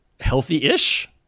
healthy-ish